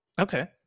okay